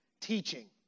teaching